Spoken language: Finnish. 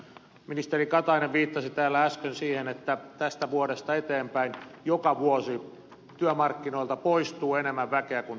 ministeri katainen viittasi täällä äsken siihen että tästä vuodesta eteenpäin joka vuosi työmarkkinoilta poistuu enemmän väkeä kuin tulee tilalle